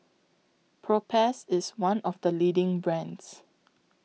Propass IS one of The leading brands